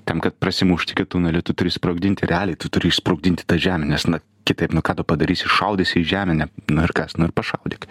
tam kad prasimušt iki tunelio tu turi sprogdinti realiai tu turi išsprogdinti tą žemę nes na kitaip na ką tu padarysi šaudysi į žemę ne nu ir kas nu ir pašaudyk